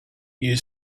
you